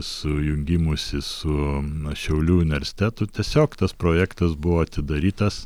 su jungimusi su šiaulių universitetu tiesiog tas projektas buvo atidarytas